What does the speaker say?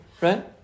Right